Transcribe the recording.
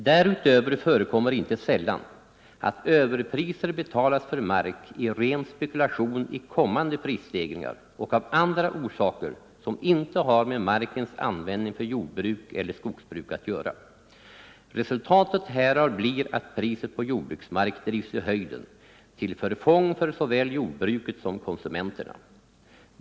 Därutöver förekommer inte sällan att överpriser betalas för mark i ren spekulation i kommande prisstegringar och av andra orsaker som inte har med markens användning för jordbruk eller skogsbruk att göra. Resultatet härav blir att priset på jordbruksmark drivs i höjden till förfång för såväl jordbruket som konsumenterna.